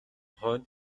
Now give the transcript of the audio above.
хойно